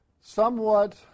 somewhat